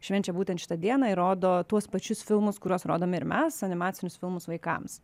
švenčia būtent šitą dieną ir rodo tuos pačius filmus kuriuos rodome ir mes animacinius filmus vaikams